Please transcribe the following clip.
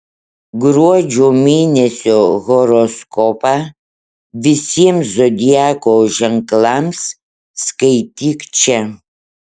gruodžio mėnesio horoskopą visiems zodiako ženklams skaityk čia